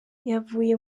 yavuye